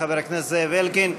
חבר הכנסת זאב אלקין.